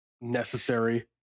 necessary